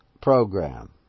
program